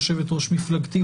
יושבת-ראש מפלגתי,